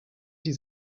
die